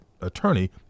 attorney